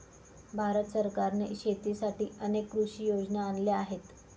भारत सरकारने शेतीसाठी अनेक कृषी योजना आणल्या आहेत